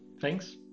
thanks